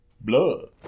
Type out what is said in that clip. Blood